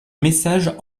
message